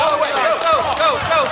oh oh oh